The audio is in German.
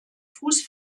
fuß